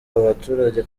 abaturage